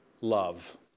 Love